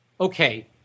Okay